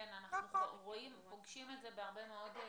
כן, אנחנו פוגשים את זה בהרבה מאוד מקומות.